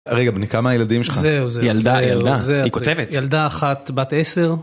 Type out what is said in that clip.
רגע, בני, כמה ילדים שלך? זהו, זהו. ילדה, ילדה. היא כותבת. ילדה אחת, בת עשר.